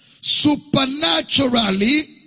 supernaturally